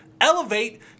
Elevate